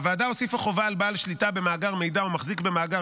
הוועדה הוסיפה חובה על בעל שליטה במאגר מידע או מחזיק במאגר